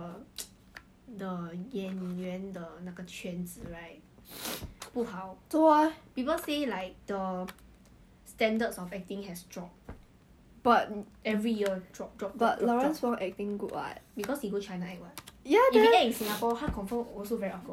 orh no but it's like already like um straight to the point right 他讲 liao 你是韩绘的